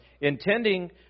intending